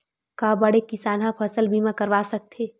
का बड़े किसान ह फसल बीमा करवा सकथे?